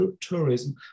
tourism